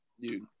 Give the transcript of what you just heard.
Dude